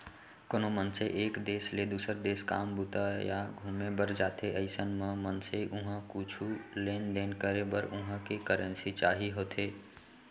कोनो मनसे एक देस ले दुसर देस काम बूता या घुमे बर जाथे अइसन म मनसे उहाँ कुछु लेन देन करे बर उहां के करेंसी चाही होथे